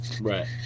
Right